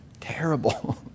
terrible